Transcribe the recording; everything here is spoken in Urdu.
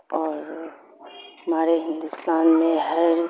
اور ہمارے ہندوستان میں ہر